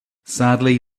sadly